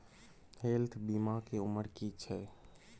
Health बीमा के उमर की छै?